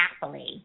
happily